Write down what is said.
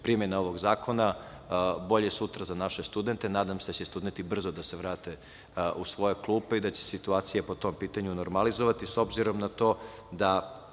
primena ovog zakona, bolje sutra za naše studente. Nadam se da će studenti brzo da se vrate u svoje klupe i da će se situacija po tom pitanju normalizovati, s obzirom na to da